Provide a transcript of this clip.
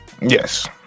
Yes